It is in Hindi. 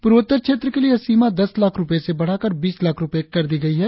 पूर्वोत्तर क्षेत्र के लिए यह सीमा दस लाख़ रुपये से बढ़ाकर बीस लाख़ रुपये कर दी गई है